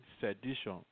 sedition